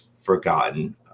forgotten